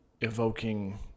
evoking